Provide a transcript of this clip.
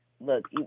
look